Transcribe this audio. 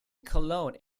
cologne